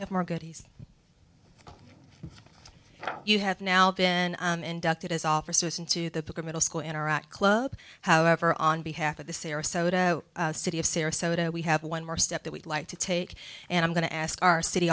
no more goodies you have now been inducted as officers into the pick a middle school in iraq club however on behalf of the sarasota city of sarasota we have one more step that we'd like to take and i'm going to ask our city